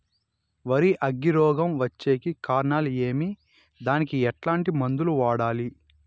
వరి అగ్గి రోగం వచ్చేకి కారణాలు ఏమి దానికి ఎట్లాంటి మందులు వాడాలి?